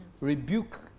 rebuke